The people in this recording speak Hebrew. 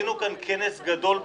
עשינו כאן כנס גדול בכנסת.